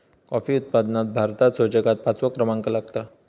coffee उत्पादनात भारताचो जगात पाचवो क्रमांक लागता